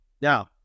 Now